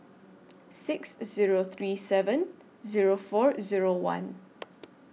six Zero three seven Zero four Zero one